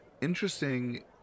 interesting